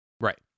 Right